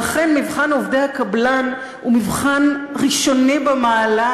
אכן, מבחן עובדי הקבלן הוא מבחן ראשון במעלה,